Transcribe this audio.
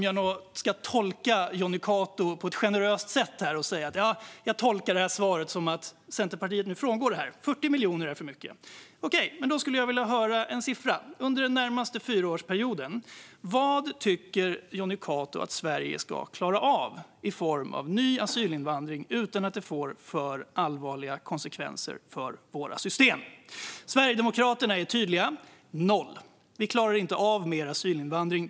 Jag kan tolka Jonny Cato generöst och säga att jag tolkar svaret som att Centerpartiet nu frångår detta. 40 miljoner är för mycket. Då skulle jag vilja höra en siffra. Vad tycker Jonny Cato att Sverige under den närmaste fyraårsperioden ska klara av i form av ny asylinvandring utan att det får för allvarliga konsekvenser för våra system? Sverigedemokraterna är tydliga: noll. Vi klarar inte av mer asylinvandring.